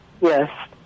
Yes